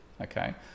okay